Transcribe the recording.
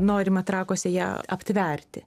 norima trakuose ją aptverti